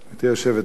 חברי הכנסת,